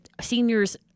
seniors